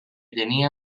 tenia